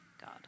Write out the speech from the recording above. God